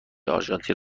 آرژانتین